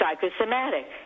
psychosomatic